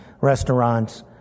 restaurants